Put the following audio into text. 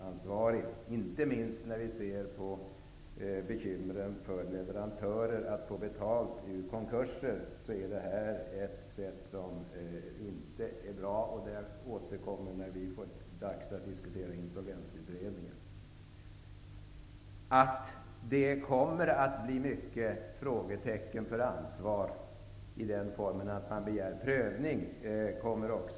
Det är inte bra, inte minst med tanke på de bekymmer som leverantörer i dag har att få betalning ur konkurser. Jag återkommer när det blir dags att diskutera insolvensutredningen. Det kommer att uppstå många frågetecken när det gäller personligt ansvar, och prövning kommer att begäras.